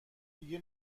دیگه